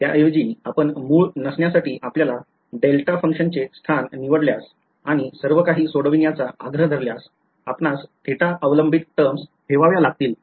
त्याऐवजी आपण मूळ नसण्यासाठी आपल्या डेल्टा फंक्शनचे स्थान निवडल्यास आणि सर्वकाही सोडविण्याचा आग्रह धरल्यास आपणास थेटा अवलंबित terms ठेवाव्या लागतील